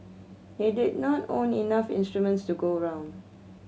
he did not own enough instruments to go around